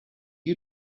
you